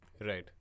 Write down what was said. Right